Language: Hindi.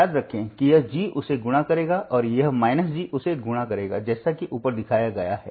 याद रखें कि यह G उसे गुणा करेगा और यह G उसे गुणा करेगा जैसा कि ऊपर दिखाया गया है